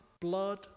blood